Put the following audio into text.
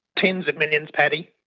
tens of millions, paddy.